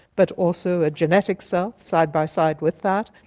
but also a genetic self side by side with that,